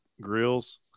grills